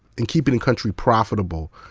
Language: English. and keeping the country profitable,